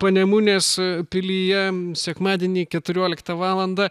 panemunės pilyje sekmadienį keturiuoliktą valandą